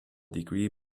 degree